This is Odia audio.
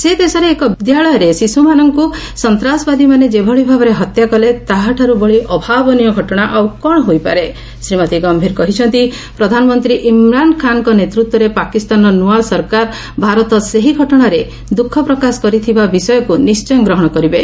ସେ ଦେଶରେ ଏକ ବିଦ୍ୟାଳୟରେ ଶିଶୁମାନଙ୍କୁ ସନ୍ତାସବାଦୀମାନେ ଯେଭଳି ଭାବରେ ହତ୍ୟା କଲେ ତାହାଠାରୁ ବଳି ଅଭାବନୀୟ ଘଟଣା ଆଉ କ'ଣ ହୋଇପାରେ ଶ୍ରୀମତୀ ଗମ୍ଭୀର କହିଛନ୍ତି ପ୍ରଧାନମନ୍ତ୍ରୀ ଇମ୍ରାନ୍ ଖାଁଙ୍କ ନେତୃତ୍ୱରେ ପାକିସ୍ତାନର ନ୍ତଆ ସରକାର ଭାରତ ସେହି ଘଟଣାରେ ଦୃଃଖ ପ୍ରକାଶ କରିଥିବା ବିଷୟକୁ ନିି୍୍ୟୟ ଗ୍ରହଣ କରିବେ